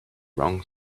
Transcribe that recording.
wrong